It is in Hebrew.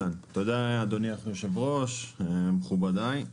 תודה, אדוני היושב-ראש, מכובדיי,